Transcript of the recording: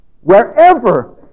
wherever